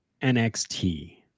NXT